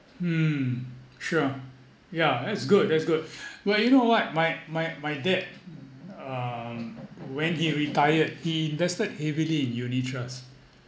mm sure yeah that is good that's good but you know what my my my dad um when he retired he invested heavily in unit trust